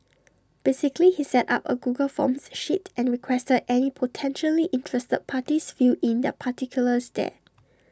basically he set up A Google forms sheet and requested any potentially interested parties fill in their particulars there